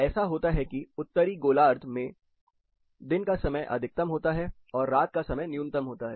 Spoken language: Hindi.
ऐसा होता है कि उत्तरी गोलार्ध में दिन का समय अधिकतम होता है और रात का समय न्यूनतम होता है